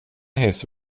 his